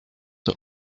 the